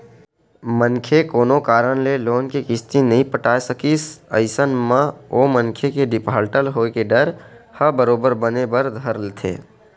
मनखे कोनो कारन ले लोन के किस्ती नइ पटाय सकिस अइसन म ओ मनखे के डिफाल्टर होय के डर ह बरोबर बने बर धर लेथे